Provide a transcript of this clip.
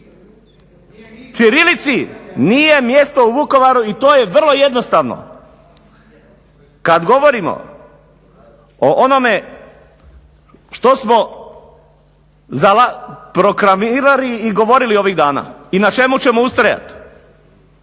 Ćirilici nije mjesto u Vukovaru i to je vrlo jednostavno. Kad govorimo o onome što smo proklamirali i govorili ovih dana i na čemu ćemo ustrajati